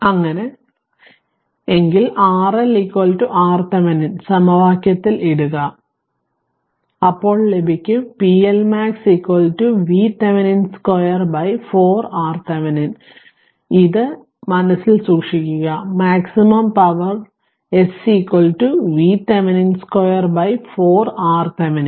അങ്ങനെ എങ്കിൽ RL RThevenin സമവാക്യത്തിൽ ഇടുക അപ്പോൾ ലഭിക്കും pLmax VThevenin 2 4 RThevenin ഇത് ഇത് മനസ്സിൽ സൂക്ഷിക്കുക maximum power S VThevenin 2 4 RThevenin